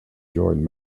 joined